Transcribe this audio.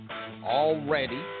already